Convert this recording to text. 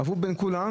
עברו בין כולן,